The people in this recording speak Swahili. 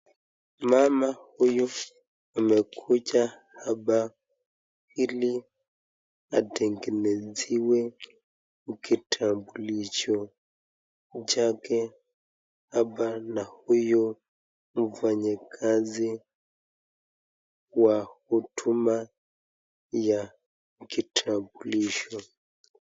Mama huyu amekuja hapa ili atengenezewe kitambulisho chake hapa na huyu mfanyikazi wa huduma ya kitambulisho.